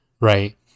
right